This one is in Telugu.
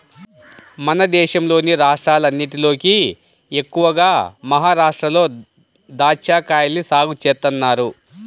మన దేశంలోని రాష్ట్రాలన్నటిలోకి ఎక్కువగా మహరాష్ట్రలో దాచ్చాకాయల్ని సాగు చేత్తన్నారు